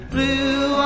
Blue